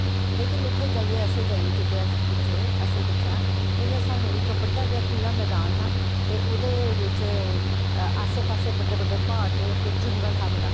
लैकिन उत्थे जाइयै अस पुज्जे असें दिक्खेआ इंहे स्हानू इक बड्डा जेहा खुल्ला मैदान हा ते ओहदे बिच आस्से पास्से ते जंगल हा बड़ा